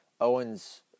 Owen's